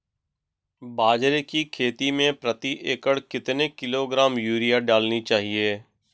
बाजरे की खेती में प्रति एकड़ कितने किलोग्राम यूरिया डालनी होती है?